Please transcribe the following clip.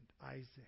Isaac